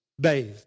bathe